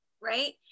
right